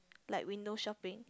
like window shopping